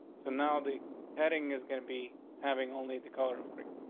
so now the heading is gonna be having only the color of green.